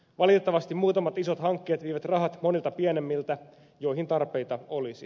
valitettavasti muutamat isot hankkeet vievät rahat monilta pienemmiltä joihin tarpeita olisi